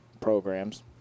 programs